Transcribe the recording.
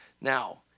Now